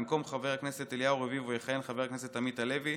במקום חבר הכנסת אליהו רביבו יכהן חבר הכנסת עמית הלוי.